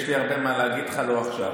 יש לי הרבה מה להגיד לך, לא עכשיו,